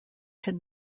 can